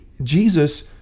Jesus